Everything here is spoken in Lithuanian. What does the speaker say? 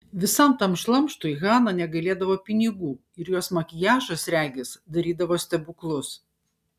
visam tam šlamštui hana negailėdavo pinigų ir jos makiažas regis darydavo stebuklus